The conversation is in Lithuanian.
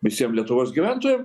visiem lietuvos gyventojam